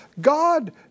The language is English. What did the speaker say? God